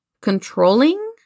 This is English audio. controlling